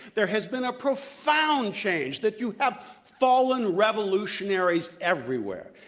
there has been a profound change that you have fallen revolutionaries everywhere.